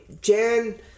Jan